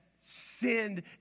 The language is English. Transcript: sinned